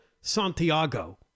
Santiago